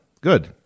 Good